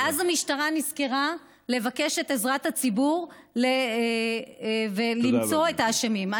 ואז המשטרה נזכרה לבקש את עזרת הציבור ולמצוא את האשמים.